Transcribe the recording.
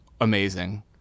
amazing